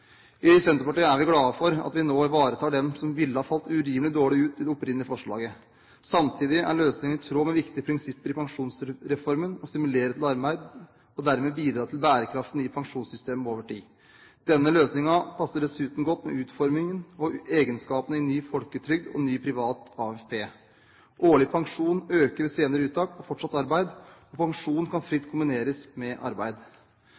I Senterpartiet er vi glad for at vi nå ivaretar dem som ville ha kommet urimelig dårlig ut med det opprinnelige forslaget. Samtidig er løsningen i tråd med viktige prinsipper i pensjonsreformen: å stimulere til arbeid og dermed bidra til bærekraften i pensjonssystemet over tid. Denne løsningen passer dessuten godt med utformingen og egenskapene i ny folketrygd og ny privat AFP. Årlig pensjon øker ved senere uttak og fortsatt arbeid, og pensjon kan fritt kombineres med arbeid.